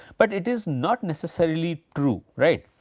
but it is not necessarily true right.